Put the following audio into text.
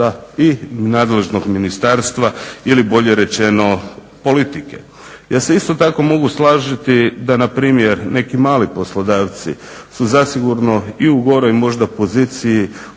i nadležnog ministarstva ili bolje rečeno politike. Ja se isto tako mogu složiti da npr. neki mali poslodavci su zasigurno i u goroj možda poziciji